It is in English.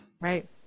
Right